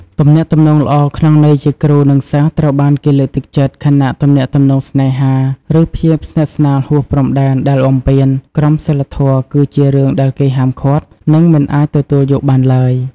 ទំនាក់ទំនងល្អក្នុងន័យជាគ្រូ និងសិស្សត្រូវបានគេលើកទឹកចិត្ត ខណៈទំនាក់ទំនងស្នេហា ឬភាពស្និទ្ធស្នាលហួសព្រំដែនដែលបំពានក្រមសីលធម៌ គឺជារឿងដែលគេហាមឃាត់ និងមិនអាចទទួលយកបានទ្បើយ។